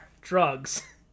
Drugs